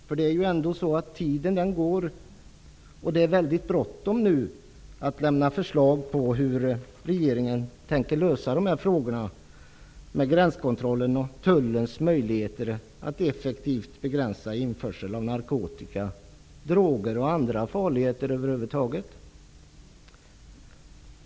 För tiden går, och det är väldigt bråttom nu att lämna förslag på hur regeringen tänker lösa frågan om gränskontrollen och Tullens möjligheter att effektivt begränsa införseln av narkotika, droger och andra farligheter över huvud taget.